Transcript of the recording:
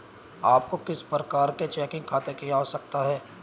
आपको किस प्रकार के चेकिंग खाते की आवश्यकता है?